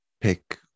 pick